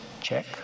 check